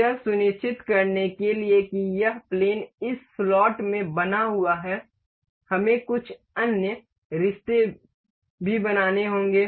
यह सुनिश्चित करने के लिए कि यह प्लेन इस स्लॉट में बना हुआ है हमें कुछ अन्य रिश्ते भी बनाने होंगे